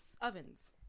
Ovens